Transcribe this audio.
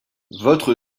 votre